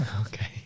Okay